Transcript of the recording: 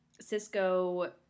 Cisco